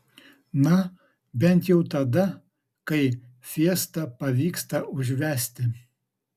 na bent jau tada kai fiesta pavyksta užvesti